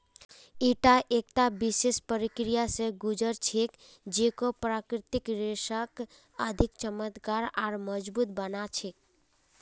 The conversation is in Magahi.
ईटा एकता विशेष प्रक्रिया स गुज र छेक जेको प्राकृतिक रेशाक अधिक चमकदार आर मजबूत बना छेक